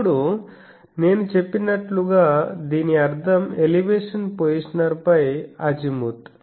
ఇప్పుడు నేను చెప్పినట్లుగా దీని అర్థం ఎలివేషన్ పొజిషనర్ పై అజిముత్